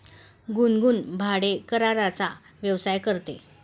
गुनगुन भाडेकराराचा व्यवसाय करते